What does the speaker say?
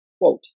Quote